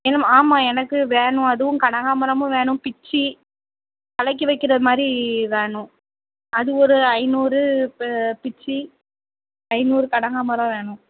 என்னம்மா ஆமாம் எனக்கு வேணும் அதுவும் கனகாம்பரமும் வேணும் பிச்சி தலைக்கி வைக்கிறது மாதிரி வேணும் அது ஒரு ஐநூறு பிச்சி ஐநூறு கனகாம்பரம் வேணும்